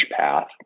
path